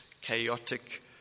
chaotic